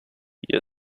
hier